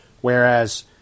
Whereas